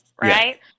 right